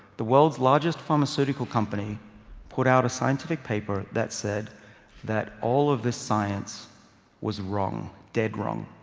the world's largest pharmaceutical company put out a scientific paper that said that all of this science was wrong, dead wrong